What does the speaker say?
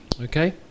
Okay